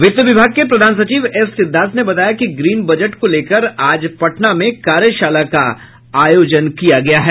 वित्त विभाग के प्रधान सचिव एस सिद्धार्थ ने बताया कि ग्रीन बजट को लेकर आज पटना में कार्यशाला का आयोजन किया गया है